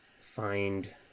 find